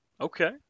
Okay